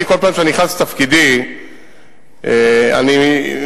בכל פעם שאני נכנס לתפקידי אני מקבל